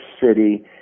city